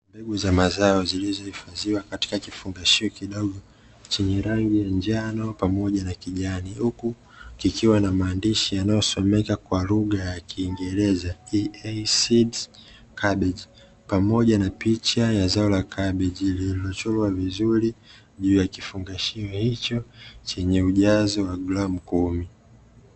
Mbegu za mazao zilizohifadhiwa katika kifungashio kidogo chenye rangi ya njano pamoja na kijani, huku kikiwa na maandishi yanayosomeka kwa lugha ya kiingereza "EA seeds cabbage", pamoja na picha ya zao la kabeji lililochorwa vizuri juu ya kifungashio hicho chenye ujazo wa gramu 10.